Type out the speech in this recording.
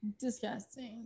Disgusting